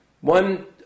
One